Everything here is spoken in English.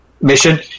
mission